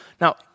Now